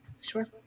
Sure